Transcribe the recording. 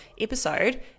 episode